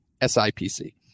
S-I-P-C